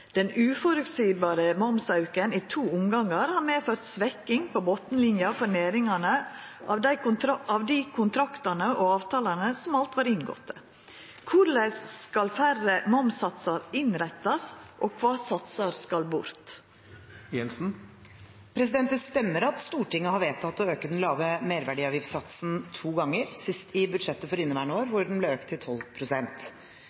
Den uforutsigbare mva.-auken, i to omgangar, har medført svekking på botnlinja for næringane av dei kontraktane og avtalene som alt var inngåtte. Korleis skal færre mva.-satsar innrettast, og kva satsar skal bort?» Det stemmer at Stortinget har vedtatt å øke den lave merverdiavgiftssatsen to ganger, sist i budsjettet for